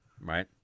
right